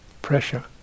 pressure